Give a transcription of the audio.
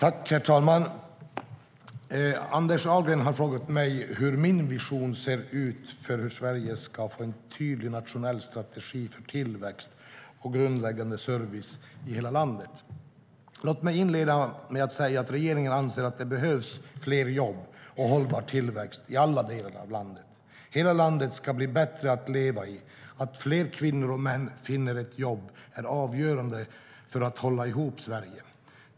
Herr talman! Anders Ahlgren har frågat mig hur min vision ser ut för hur Sverige ska få en tydlig nationell strategi för tillväxt och grundläggande service i hela landet. Låt mig inleda med att säga att regeringen anser att det behövs fler jobb och hållbar tillväxt i alla delar av landet. Hela landet ska bli bättre att leva i. Att fler kvinnor och män finner ett jobb är avgörande för att hålla ihop Sverige.